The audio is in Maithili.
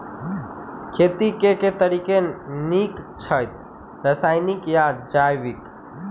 खेती केँ के तरीका नीक छथि, रासायनिक या जैविक?